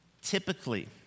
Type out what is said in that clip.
Typically